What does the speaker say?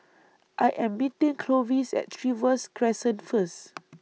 I Am meeting Clovis At Trevose Crescent First